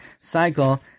cycle